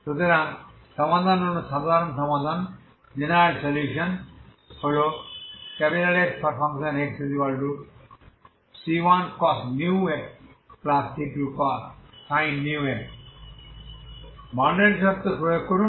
সুতরাং সমাধান হল সাধারণ সমাধান হল Xxc1cos μx c2sin μx বাউন্ডারিশর্ত প্রয়োগ করুন